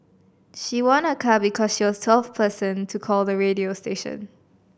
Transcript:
she won a car because she was the twelfth person to call the radio station